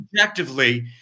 objectively